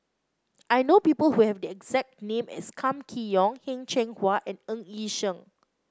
I know people who have the exact name as Kam Kee Yong Heng Cheng Hwa and Ng Yi Sheng